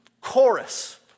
chorus